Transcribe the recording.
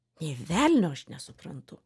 nė velnio aš nesuprantu